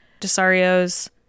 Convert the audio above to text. Desario's